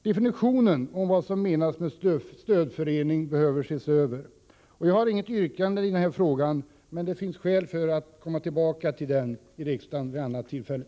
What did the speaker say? Definitionen av begreppet stödförening behöver ses över. Jag har inget yrkande i ärendet, men det finns skäl att vid annat tillfälle komma tillbaka till frågan i riksdagen.